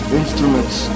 instruments